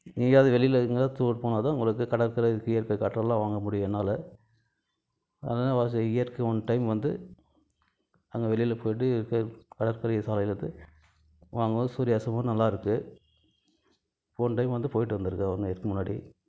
எங்கேயாவது வெளியில் எங்கேயாவது டூர் போனால்தான் உங்களுக்கு கடற்கரை இயற்கை காற்றெல்லாம் வாங்க முடியும் என்னால அதனால் இயர்க்கு ஒன் டைம் வந்து நாங்கள் வெளியில் போயிவிட்டு கடற்கரை சாலை இருக்கு அங்கே வந்து சூரிய அஸ்தமனம் நல்லாருக்கு ஒன் டைம் வந்து போயிவிட்டு வந்துருக்கேன் ஒன் இயர்க்கு முன்னாடி